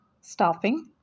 staffing